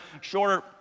Shorter